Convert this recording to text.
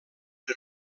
per